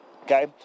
Okay